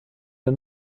der